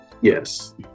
Yes